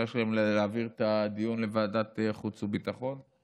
שלהם היא להעביר את הדיון לוועדת החוץ וביטחון,